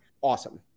awesome